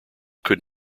could